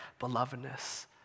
belovedness